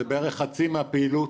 זה בערך חצי מהפעילות.